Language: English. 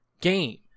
game